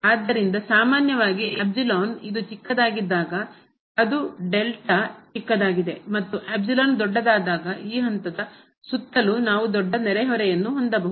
ಆದ್ದರಿಂದ ಸಾಮಾನ್ಯವಾಗಿ ಇದು ಚಿಕ್ಕದಾಗಿದ್ದಾಗ ಅದು ಚಿಕ್ಕದಾಗಿದೆ ಮತ್ತು ದೊಡ್ಡದಾದಾಗ ಆ ಹಂತದ ಸುತ್ತಲೂ ನಾವು ದೊಡ್ಡ ನೆರೆಹೊರೆಯನ್ನು ಹೊಂದಬಹುದು